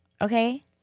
Okay